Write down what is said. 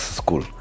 school